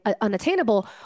unattainable